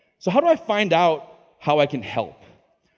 so how do i find out how i can help?